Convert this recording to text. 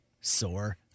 sore